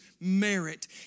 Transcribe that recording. merit